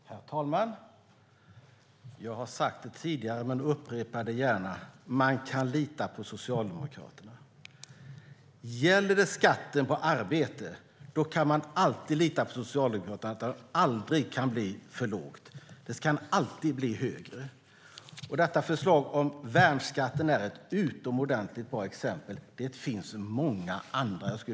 Herr talman! Jag har sagt det tidigare men upprepar det gärna, att man kan lita på Socialdemokraterna. Om det gäller skatten på arbete kan man alltid lita på Socialdemokraterna att den aldrig kan bli för låg. Den kan alltid bli högre. Förslaget om värnskatten är ett utomordentligt bra exempel, och det finns många andra exempel.